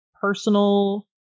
personal